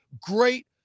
great